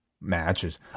matches